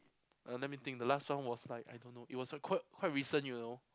uh let me think the last one was like I don't know it was a quite quite recent you know